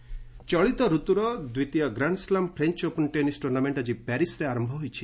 French open ଚଳିତ ଋତୁର ଦ୍ୱିତୀୟ grand slam French open tennis tournament ଆକି ପ୍ୟାରିସ୍ରେ ଆରମ୍ଭ ହୋଇଛି